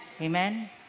Amen